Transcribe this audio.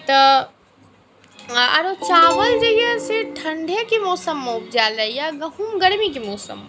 तऽ आओर चावल जे अइ ठण्डेके मौसममे उपजाओल जाइए गहूम गर्मीके मौसममे